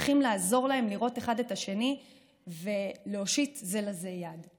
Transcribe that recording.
צריכים לעזור להם לראות אחד את השני ולהושיט זה לזה יד.